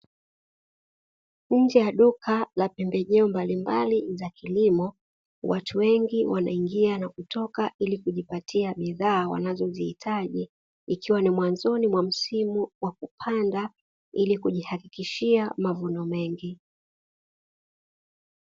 Nje ya duka la pembejeo mbalimbali za kilimo watu wengi wanaingia na kutoka ili kujipatia bidhaa wanazozihitaji, ikiwa ni mwanzoni mwa msimu wa kupanda ili kujihakikishia mavuno mengi.